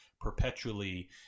perpetually